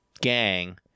gang